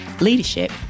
leadership